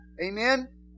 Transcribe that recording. amen